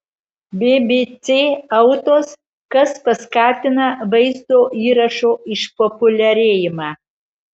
bbc autos kas paskatina vaizdo įrašo išpopuliarėjimą